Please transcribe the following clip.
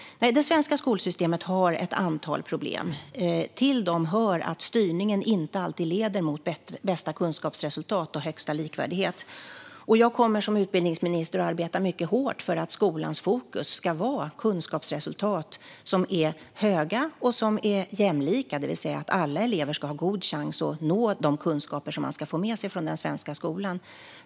Det svenska skolsystemet har ett antal problem. Till dem hör att styrningen inte alltid leder mot bästa kunskapsresultat och högsta likvärdighet. Jag kommer som utbildningsminister att arbeta mycket hårt för att skolans fokus ska vara kunskapsresultat som är höga och som är jämlika, det vill säga att alla elever ska ha god chans att nå de kunskaper som man ska få med sig från den svenska skolan.